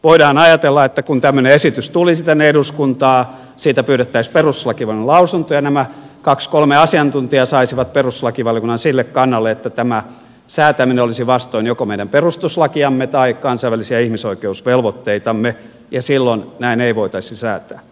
voidaan ajatella että kun tämmöinen esitys tulisi tänne eduskuntaan siitä pyydettäisiin perustuslakivaliokunnan lausunto ja nämä kaksi kolme asiantuntijaa saisivat perustuslakivaliokunnan sille kannalle että tämä säätäminen olisi vastoin joko meidän perustuslakiamme tai kansainvälisiä ihmisoikeusvelvoitteitamme ja silloin näin ei voitaisi säätää